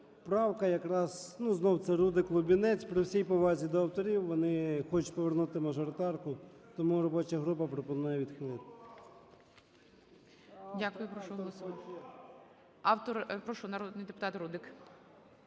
поправка якраз, знову це Рудик, Лубінець. При всій повазі до авторів, вони хочуть повернути мажоритарку. Тому робоча група пропонує відхилити.